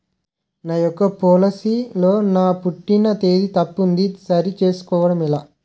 నా యెక్క పోలసీ లో నా పుట్టిన తేదీ తప్పు ఉంది సరి చేసుకోవడం ఎలా?